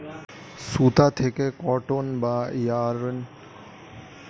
সুতা থেকে কটন বা ইয়ারন্ বানানোর স্পিনিং উঈল্ বা চরকা প্রয়োজন